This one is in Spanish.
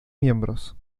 miembros